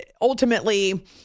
Ultimately